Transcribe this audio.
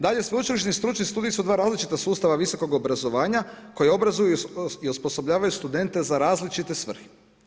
Dalje, sveučilišni stručni studij su dva različita sustava visokog obrazovanja koji obrazuju i osposobljavaju studente za različite svrhe.